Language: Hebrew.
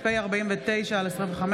פ/49/25,